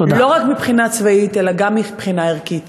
לא רק מבחינה צבאית אלא גם מבחינה ערכית.